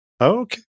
Okay